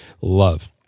love